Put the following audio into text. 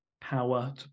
power